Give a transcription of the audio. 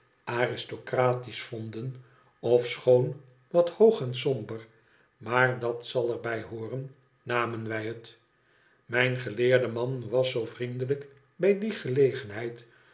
aristocratisch vonden ofechoon wat hoog en somber maar dat zal er bij hooren namen wij het mijn geleerde man was zoo cndelijk bij die gelegenheid